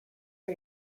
for